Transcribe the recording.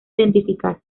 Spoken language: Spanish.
identificar